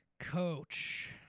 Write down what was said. Coach